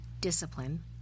discipline